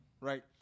right